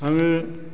आङो